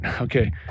okay